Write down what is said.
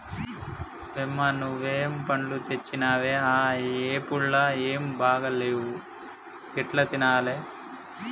యమ్మ నువ్వు ఏం పండ్లు తెచ్చినవే ఆ యాపుళ్లు ఏం బాగా లేవు ఎట్లా తినాలే